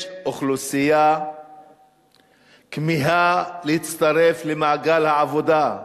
יש אוכלוסייה שכמהה להצטרף למעגל העבודה.